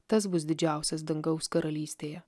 tas bus didžiausias dangaus karalystėje